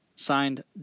signed